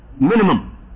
Minimum